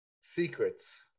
secrets